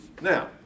Now